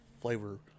flavor